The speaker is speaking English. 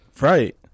right